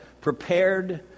prepared